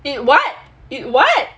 it what it what